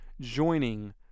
Joining